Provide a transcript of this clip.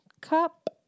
cup